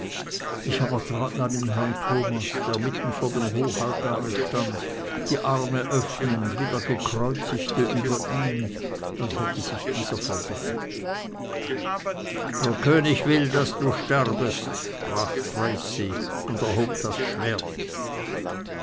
ich aber trat neben herrn thomas der mitten vor dem hochaltare stand die arme öffnend wie der gekreuzigte über ihm als hätte sich dieser verdoppelt der könig will daß du sterbest sprach tracy und erhob das schwert